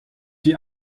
die